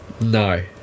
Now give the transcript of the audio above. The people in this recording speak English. No